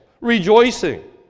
Rejoicing